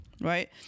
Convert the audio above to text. right